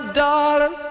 darling